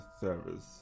service